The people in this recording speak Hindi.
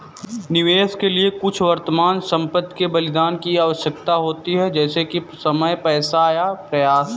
निवेश के लिए कुछ वर्तमान संपत्ति के बलिदान की आवश्यकता होती है जैसे कि समय पैसा या प्रयास